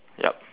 yup